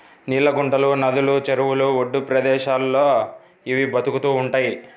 నీళ్ళ గుంటలు, నదులు, చెరువుల ఒడ్డు ప్రదేశాల్లో ఇవి బతుకుతూ ఉంటయ్